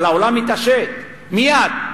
אבל העולם התעשת, מייד.